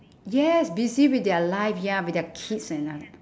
yes busy with their life ya with their kids and all